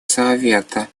совета